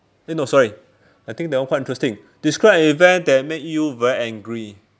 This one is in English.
eh no sorry I think that one quite interesting describe an event that made you very angry